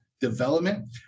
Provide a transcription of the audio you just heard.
Development